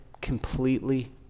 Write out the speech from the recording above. completely